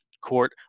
court